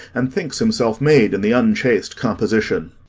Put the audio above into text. and thinks himself made in the unchaste composition.